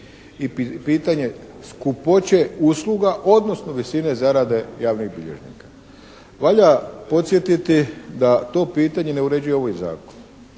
i pitanje skupoće usluga, odnosno visine zarade javnih bilježnika. Valja podsjetiti da to pitanje ne uređuje ovaj Zakon.